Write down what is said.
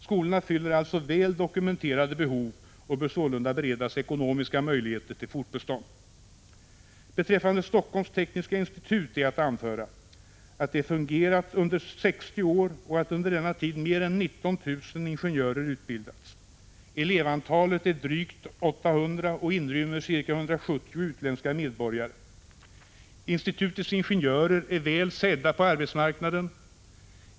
Skolorna fyller alltså väl dokumenterade behov och bör sålunda beredas ekonomiska möjligheter till fortbestånd. Beträffande Helsingforss Tekniska Institut är att anföra att det fungerat under 60 år och att under denna tid mer än 19 000 ingenjörer utbildats där. Elevantalet är drygt 800 och inrymmer ca 170 utländska medborgare. Institutets ingenjörer är väl sedda på arbetsmarknaden.